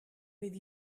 with